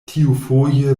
tiufoje